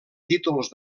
títols